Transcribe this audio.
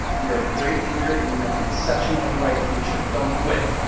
you are a great leader and you have an exceptionally bright future. don't quit.